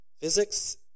Physics